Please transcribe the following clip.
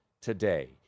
today